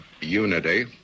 unity